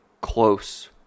close